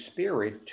Spirit